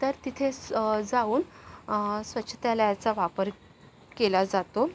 तर तिथे जाऊन स्वच्छतालयाचा वापर केला जातो